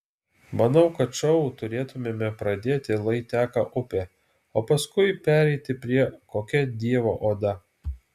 manau kad šou turėtumėme pradėti lai teka upė o paskui pereiti prie kokia dievo oda